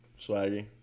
Swaggy